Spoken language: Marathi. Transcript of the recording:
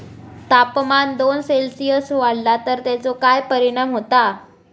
तापमान दोन सेल्सिअस वाढला तर तेचो काय परिणाम होता?